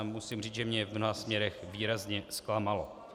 Musím říct, že mě v mnoha směrech výrazně zklamalo.